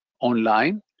online